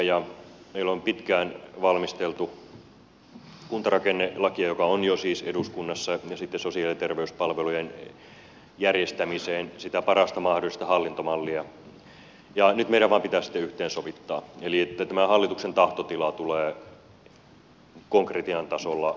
meillä on pitkään valmisteltu kuntarakennelakia joka on jo siis eduskunnassa ja sitten sosiaali ja terveyspalvelujen järjestämiseen sitä parasta mahdollista hallintomallia ja nyt meidän vain pitää sitten yhteensovittaa eli että tämä hallituksen tahtotila tulee konkretian tasolla määriteltyä